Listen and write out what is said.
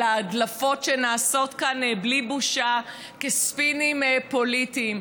ההדלפות שנעשות כאן בלי בושה כספינים פוליטיים.